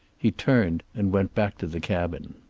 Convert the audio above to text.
he turned and went back to the cabin.